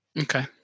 Okay